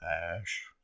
ash